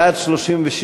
לסעיף 17 לא נתקבלה.